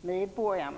medborgarna.